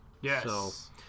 Yes